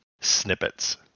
snippets